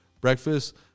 breakfast